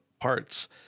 parts